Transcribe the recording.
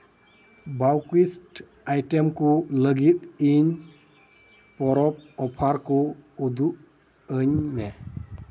bouquets item ᱠᱚ ᱞᱟᱹᱜᱤᱫ ᱤᱧ ᱯᱚᱨᱚᱵᱽ ᱚᱯᱷᱟᱨ ᱠᱚ ᱩᱫᱩᱧ ᱟᱹᱧ ᱢᱮ